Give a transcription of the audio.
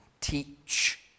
teach